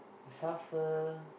suffer